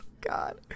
God